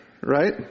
right